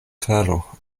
klaro